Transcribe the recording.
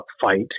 fight